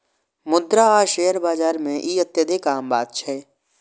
मुद्रा आ शेयर बाजार मे ई अत्यधिक आम बात छै